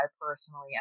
personally